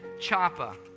Chapa